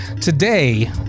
Today